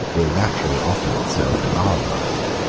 will naturally offer itself to our mind,